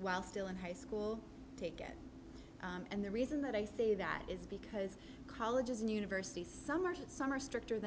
while still in high school take it and the reason that i say that is because colleges and universities some are some are stricter than